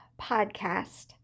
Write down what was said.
Podcast